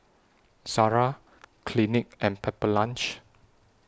Zara Clinique and Pepper Lunch